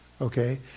okay